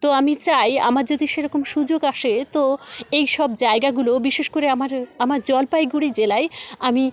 তো আমি চাই আমার যদি সেরকম সুযোগ আসে তো এই সব জায়গাগুলো বিশেষ করে আমার আমার জলপাইগুড়ি জেলয় আমি